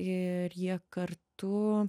ir jie kartu